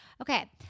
Okay